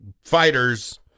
fighters